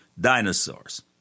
dinosaurs